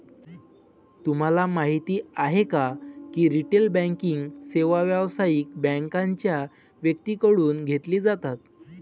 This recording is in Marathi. तुम्हाला माहिती आहे का की रिटेल बँकिंग सेवा व्यावसायिक बँकांच्या व्यक्तींकडून घेतली जातात